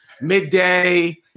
midday